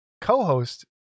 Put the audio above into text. Co-host